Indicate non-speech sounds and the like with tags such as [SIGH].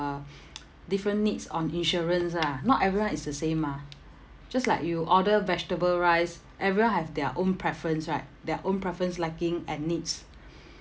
[BREATH] [NOISE] different needs on insurance ah not everyone is the same mah just like you order vegetable rice everyone have their own preference right their own preference liking and needs [BREATH]